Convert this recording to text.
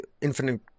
infinite